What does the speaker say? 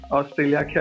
Australia